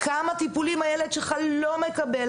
כמה טיפולים הילד שלך לא מקבל,